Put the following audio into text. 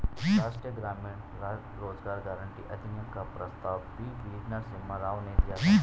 राष्ट्रीय ग्रामीण रोजगार गारंटी अधिनियम का प्रस्ताव पी.वी नरसिम्हा राव ने दिया था